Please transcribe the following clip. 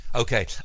Okay